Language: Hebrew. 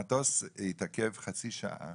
המטוס התעכב חצי שעה,